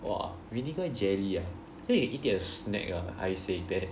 !wah! vinegar jelly ah I think you eat it as a snack ah I say that